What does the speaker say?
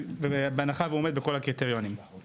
בהנחה והוא עומד בכל הקריטריונים כמובן.